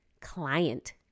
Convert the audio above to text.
client